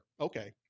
Okay